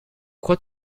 crois